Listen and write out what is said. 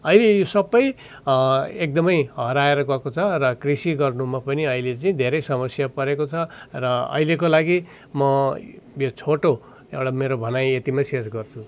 ऐ सबै एकदमै हराएर गएको छ र कृषि गर्नुमा पनि अहिले चाहिँ धेरै समस्या परेको छ र अहिलेको लागि म यो छोटो एउटा मेरो भनाइ यतिमै शेष गर्छु